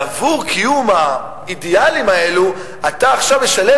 בעבור קיום האידיאלים האלו אתה עכשיו משלם